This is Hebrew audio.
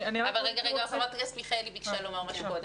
אבל חברת הכנסת מיכאלי ביקשה לומר משהו קודם.